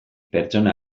pertsona